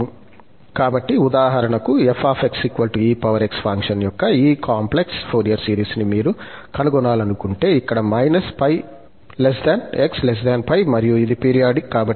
కాబట్టి ఉదాహరణకు f ex function యొక్క ఈ కాంప్లెక్స్ ఫోరియర్ సిరీస్ ని మీరు కనుగొనాలనుకుంటే ఇక్కడ −π x π